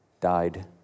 died